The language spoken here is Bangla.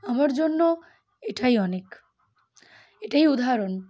আমার জন্য এটাই অনেক এটাই উদাহরণ